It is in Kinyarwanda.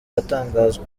atangazwa